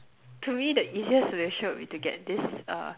to me the easiest solution would be to get this uh